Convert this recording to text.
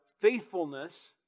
faithfulness